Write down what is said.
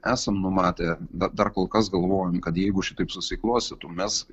esam numatę bet dar kol kas galvojam kad jeigu šitaip susiklostytų mes